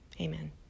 amen